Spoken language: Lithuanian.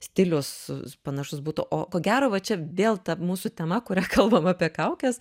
stilius panašus būtų o ko gero va čia dėl ta mūsų tema kurią kalbam apie kaukes